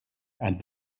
and